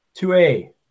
2A